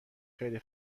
خیلی